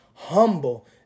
humble